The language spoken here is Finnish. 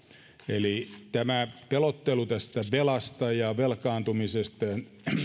eli tämä pelottelu tästä velasta ja velkaantumisesta ja